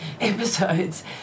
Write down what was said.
episodes